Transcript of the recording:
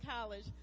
college